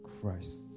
christ